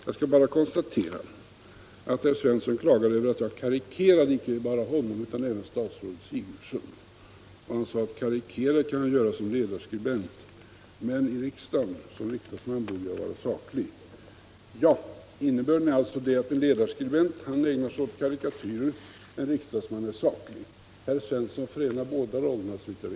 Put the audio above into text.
Jag vill bara konstatera att herr Svensson klagade över att jag karikerade icke bara honom utan även statsrådet Sigurdsen. Han sade att karikera kunde jag göra som ledarskribent, men som riksdagsman borde jag vara saklig. Innebär det alltså att en ledarskribent ägnar sig åt karikatyrer, en riksdagsman är saklig? Herr Svensson förenar, såvitt jag vet, båda rollerna.